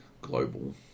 global